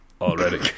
already